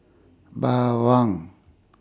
Bawang